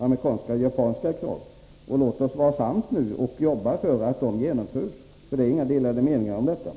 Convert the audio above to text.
amerikanska och japanska kraven. Låt oss nu vara sams och arbeta för att de skall kunna genomföras. Det finns ju inga delade meningar härvidlag.